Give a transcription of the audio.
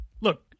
look